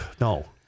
No